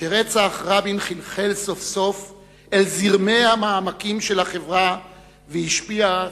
שרצח רבין חלחל סוף-סוף אל זרמי המעמקים של החברה והשפיע,